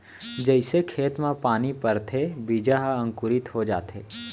जइसे खेत म पानी परथे बीजा ह अंकुरित हो जाथे